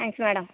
thanks madam